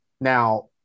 Now